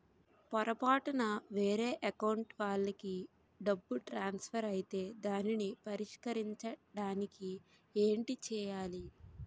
పొరపాటున వేరే అకౌంట్ వాలికి డబ్బు ట్రాన్సఫర్ ఐతే దానిని పరిష్కరించడానికి ఏంటి చేయాలి?